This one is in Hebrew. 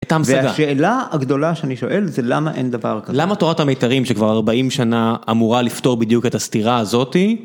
והשאלה הגדולה שאני שואל זה למה אין דבר כזה. למה תורת המיתרים שכבר 40 שנה אמורה לפתור בדיוק את הסתירה הזאת,